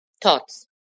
thoughts